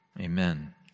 Amen